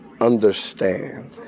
understand